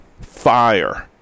fire